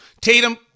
Tatum